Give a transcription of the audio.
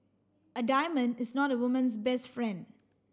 a diamond is not a woman's best friend